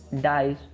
dies